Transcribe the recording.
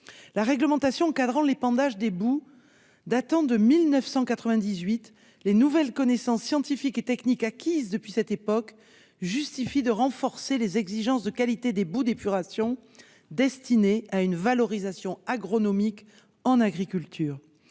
La réglementation encadrant l'épandage des boues date de 1998 : les nouvelles connaissances scientifiques et techniques acquises depuis lors justifient de renforcer les exigences de qualité des boues d'épuration destinées à une valorisation agronomique en agriculture.